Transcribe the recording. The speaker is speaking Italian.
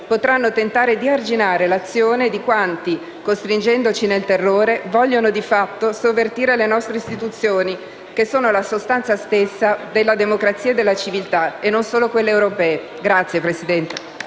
potranno tentare di arginare l'azione di quanti, costringendoci nel terrore, vogliono di fatto sovvertire le nostre istituzioni, che sono la sostanza stessa della democrazia e della civiltà, e non solo quelle europee. *(Applausi